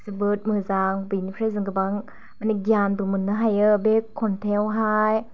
जोबोर मोजां बेनिफ्राय जों गोबां माने गियानबो मोननो हायो बे खन्थाइयावहाय